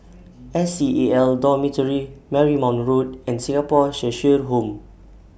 S C A L Dormitory Marymount Road and Singapore Cheshire Home